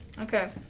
Okay